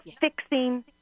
fixing